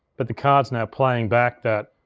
but the card's now playing back that.